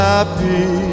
Happy